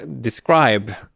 describe